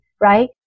right